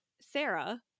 Sarah